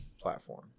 platform